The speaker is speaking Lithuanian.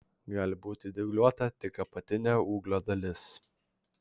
gali būti dygliuota tik apatinė ūglio dalis